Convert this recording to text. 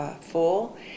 full